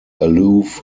aloof